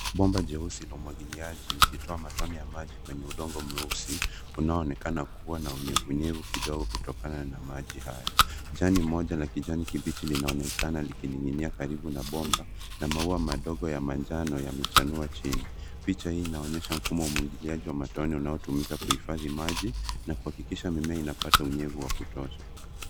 Bomba jeusi la umwagiliaji likitoa matone kwenye udongo mweusi unaoonekana kuwa na unyevunyevu kidogo kutokana na maji hayo. Jani moja la kijani kibichi linaonekana likining'inia karibu na bomba na maua madogo ya manjano yamechanua chini. Picha hii inaonyesha mfumo wa umwagiliaji wa matone unaotumika kuhifadhi maji na kuhakikisha mimea inapata unyevu wa kutosha.